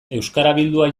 euskarabildua